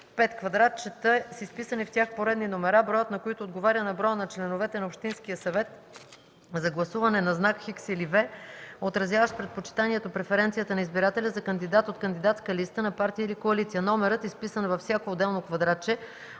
5. квадратчета с изписани в тях поредни номера, броят на които отговаря на броя на членовете на общинския съвет, за поставяне на знак „X” или „V”, отразяващ предпочитанието (преференцията) на избирателя за кандидат от кандидатска листа на партия или коалиция; номерът, изписан във всяко отделно квадратче